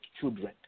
children